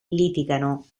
litigano